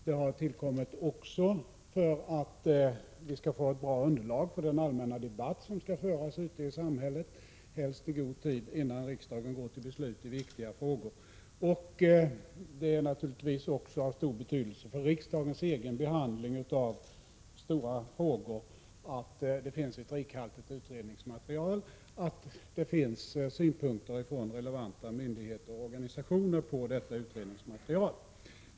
Den har tillkommit också för att vi skall få ett bra underlag för den allmänna debatt som skall föras ute i samhället, helst i god tid innan riksdagen går till beslut i viktiga frågor. Det är naturligtvis också av betydelse för riksdagens egen behandling av stora frågor att det finns ett rikhaltigt utredningsmaterial och att det finns synpunkter från relevanta myndigheter och organisationer på detta utredningsmaterial.